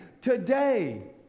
today